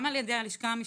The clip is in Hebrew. גם על ידי הלשכה המשפטית,